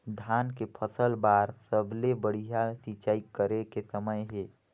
धान के फसल बार सबले बढ़िया सिंचाई करे के समय हे?